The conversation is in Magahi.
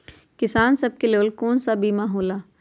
किसान सब के लेल कौन कौन सा बीमा होला?